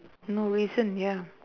no recent ya